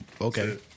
Okay